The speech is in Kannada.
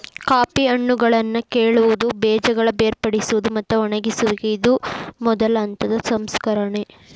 ಕಾಫಿ ಹಣ್ಣುಗಳನ್ನಾ ಕೇಳುವುದು, ಬೇಜಗಳ ಬೇರ್ಪಡಿಸುವುದು, ಮತ್ತ ಒಣಗಿಸುವಿಕೆ ಇದು ಮೊದಲ ಹಂತದ ಸಂಸ್ಕರಣೆ